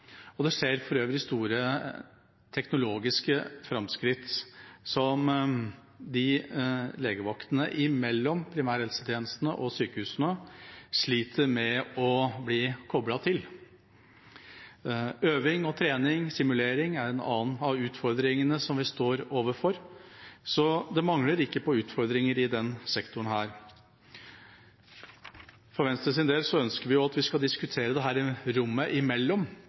og det skjer for øvrig store teknologiske framskritt som legevaktene imellom primærhelsetjenestene og sykehusene sliter med å bli koblet til. Øving, trening og simulering er en annen av utfordringene som vi står overfor. Så det mangler ikke på utfordringer i denne sektoren. Venstres ønsker at vi skal diskutere dette rommet mellom primærhelsetjenesten og spesialisthelsetjenesten i dag. Vi har fylker som kan ta et større ansvar, og det